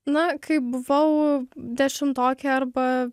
na kai buvau dešimtokė arba